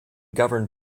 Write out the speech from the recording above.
governed